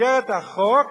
במסגרת החוק,